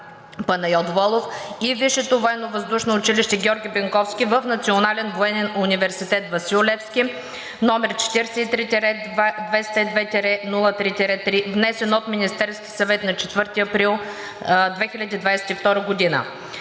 „Панайот Волов“ и Висшето военновъздушно училище „Георги Бенковски“ в Национален военен университет „Васил Левски“, № 47-202-03-3, внесен от Министерския съвет на 8 април 2022 г.,